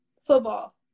football